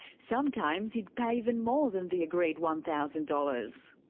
sometimes he'd pay even more then the agreed one thousand dollars.